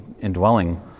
indwelling